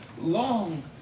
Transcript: long